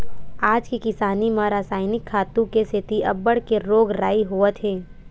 आज के किसानी म रसायनिक खातू के सेती अब्बड़ के रोग राई होवत हे